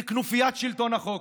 זה כנופיית שלטון החוק,